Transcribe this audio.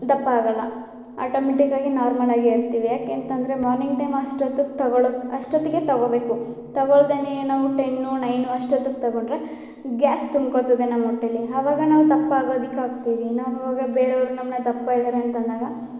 ದಪ್ಪ ಆಗಲ್ಲ ಆಟೋಮೆಟಿಕ್ಕಾಗಿ ನಾರ್ಮಲಾಗೇ ಇರ್ತೀವಿ ಯಾಕೆಂತಂದರೆ ಮಾರ್ನಿಂಗ್ ಟೈಮ್ ಅಷ್ಟೊತ್ತಿಗೆ ತಗೊಳ್ಳೋ ಅಷ್ಟೊತ್ತಿಗೆ ತಗೊಬೇಕು ತಗೊಳ್ದೆನೆ ನಾವು ಟೆನ್ನು ನೈನು ಅಷ್ಟೊತ್ತಿಗೆ ತಗೊಂಡರೆ ಗ್ಯಾಸ್ ತುಂಬ್ಕೊತದೆ ನಮ್ಮ ಹೊಟ್ಟೆಲಿ ಆವಾಗ ನಾವು ದಪ್ಪ ಆಗೋದಕ್ಕೆ ಆಗ್ತೀವಿ ನಾವೀಗ ಬೇರೆಯವರು ನಮ್ಮನ್ನ ದಪ್ಪ ಇದ್ದಾರೆ ಅಂತಂದಾಗ